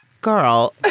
Girl